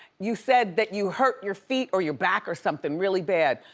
you said that you hurt your feet or your back or something really bad,